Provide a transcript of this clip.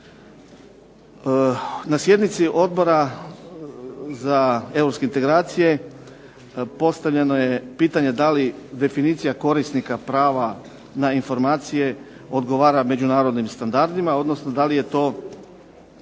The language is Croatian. Na sjednici Odbora za europske integracije, postavljeno je pitanje da li definicija korisnika prava na informacije odgovara međunarodnim standardima odnosno da li je to